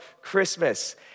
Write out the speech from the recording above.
Christmas